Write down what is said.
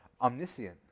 omniscient